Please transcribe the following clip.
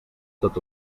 tot